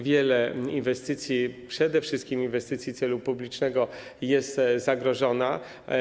Wiele inwestycji, przede wszystkim inwestycji celu publicznego, jest zagrożonych.